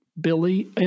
Billy